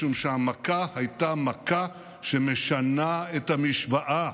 משום שהמכה הייתה מכה שמשנה את המשוואה